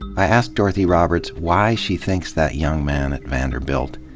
i asked dorothy roberts why she thinks that young man at vanderbilt,